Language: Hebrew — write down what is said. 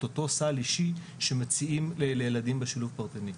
אותו סל אישי שמציעים לילדים בשילוב פרטני.